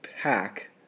pack